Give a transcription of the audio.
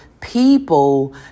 people